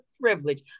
privilege